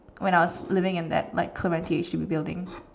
when I was living in that like H_D_B building